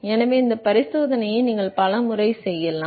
எனவே இந்த பரிசோதனையை நீங்கள் பல முறை செய்யலாம்